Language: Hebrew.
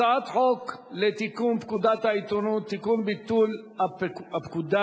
הצעת חוק לתיקון פקודת העיתונות (ביטול הפקודה),